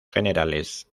generales